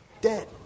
dead